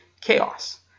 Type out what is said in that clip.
Chaos